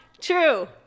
true